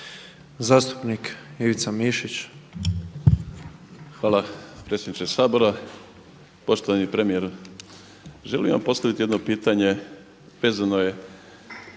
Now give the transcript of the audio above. Hrvatsku)** Hvala predsjedniče Sabora. Poštovani premijeru želim vam postaviti jedno pitanje,